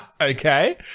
Okay